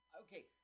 Okay